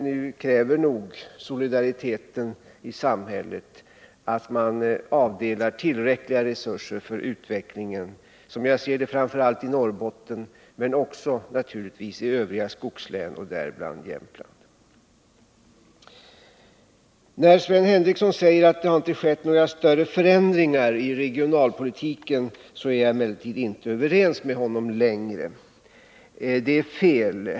Nu kräver nog solidariteten i samhället att man avdelar tillräckliga resurser för utvecklingen, som jag ser det, framför allt i Norrbotten men också naturligtvis i övriga skogslän, däribland Jämtland. När Sven Henricsson säger att det inte har skett några större förändringar i regionalpolitiken är jag emellertid inte överens med honom längre. Det är fel.